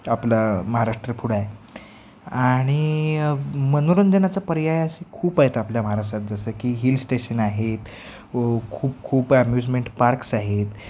आपला महाराष्ट्र पुढं आहे आणि मनोरंजनाचा पर्याय असे खूप आहेत आपल्या महाराष्ट्रात जसं की हिल स्टेशन आहेत खूप खूप अम्युजमेंट पार्क्स आहेत